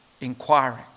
inquiring